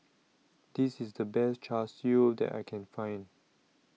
This IS The Best Char Siu that I Can Find